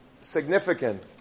significant